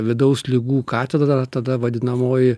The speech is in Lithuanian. vidaus ligų katedra tada vadinamoji